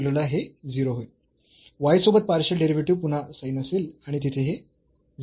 y सोबत partial derivative पुन्हा sin असेल आणि तिथे हे 0 होईल